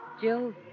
Jill